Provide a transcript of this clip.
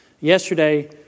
yesterday